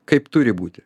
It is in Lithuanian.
kaip turi būti